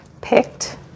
picked